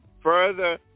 further